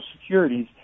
securities